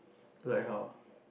like how